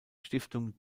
stiftung